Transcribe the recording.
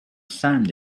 sand